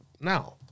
now